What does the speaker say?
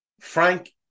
Frank